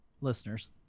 listeners